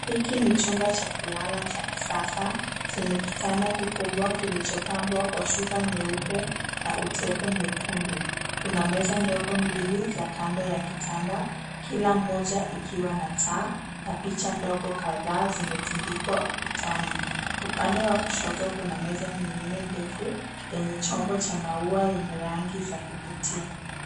Hiki ni chumba cha kulala cha kisasa Chenye kitanda kikubwa kilichopambwa kwa shuka nyeupe na utepe mwekundu. Kuna meza ndogo mbili za kando ya kitanda kila moja ikiwa na taa na picha ndogo kadhaa zimetundikwa kutani. Upande wa kushoto kuna meza nyingine ndefu yenye chombo cha maua yenye rangi za kuvutia.